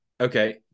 Okay